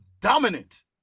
dominant